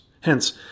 Hence